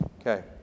Okay